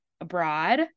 Abroad